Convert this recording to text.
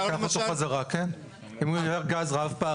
למשל?